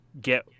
get